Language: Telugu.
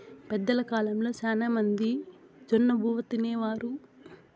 పెద్దల కాలంలో శ్యానా మంది జొన్నబువ్వ తినేవారు